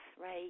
right